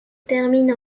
termine